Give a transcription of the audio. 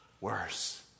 worse